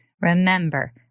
remember